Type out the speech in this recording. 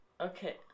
Okay